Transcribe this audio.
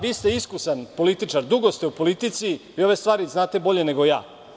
Vi ste iskusan političar, dugo ste u politici i ove stvari znate bolje nego ja.